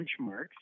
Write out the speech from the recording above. benchmarks